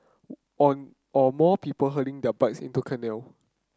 or or more people hurling their bikes into canal